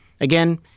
Again